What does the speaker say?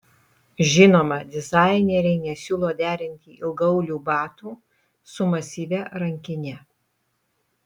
žinoma dizaineriai nesiūlo derinti ilgaaulių batų su masyvia rankine